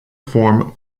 form